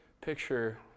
picture